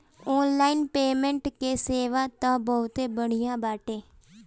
online payment कअ सेवा तअ बहुते बढ़िया बाटे